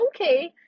okay